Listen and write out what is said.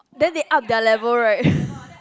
then they up their level right